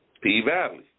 P-Valley